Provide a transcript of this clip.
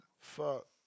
Fuck